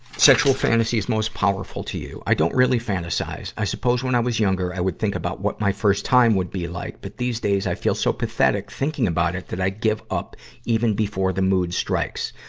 sexual fantasies most powerful to you i don't really fantasize. i suppose when i was younger, i would think about what my first time would be like, but these days i feel so pathetic thinking about it, that i give up even before the mood strikes.